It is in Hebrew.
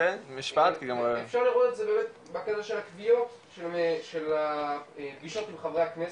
אפשר לראות את זה באמת בקטע של הקביעות של הפגישות עם חברי הכנסת,